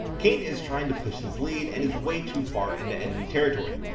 kayn is trying to push his lead and is way too far into enemy territory.